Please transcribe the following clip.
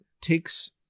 takes